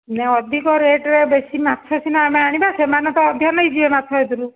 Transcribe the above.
ନାଇ ଅଧିକ ରେଟ୍ରେ ବେଶୀ ମାଛ ସିନା ଆମେ ଆଣିବା ସେମାନେ ତ ଅଧିକ ନେଇଯିବେ ମାଛ ସେଥିରୁ